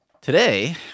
today